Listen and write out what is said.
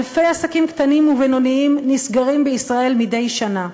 אלפי עסקים קטנים ובינוניים נסגרים בישראל מדי שנה.